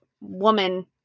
woman